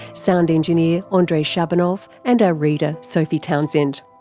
sound engineer ah andrei shabunov, and our reader sophie townsend.